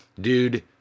Dude